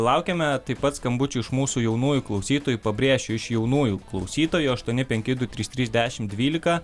laukiame taip pat skambučių iš mūsų jaunųjų klausytojų pabrėšiu iš jaunųjų klausytojų aštuoni penki du trys trys dešimt dvylika